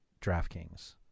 DraftKings